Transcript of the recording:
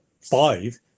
five